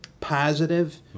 positive